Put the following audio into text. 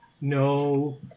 No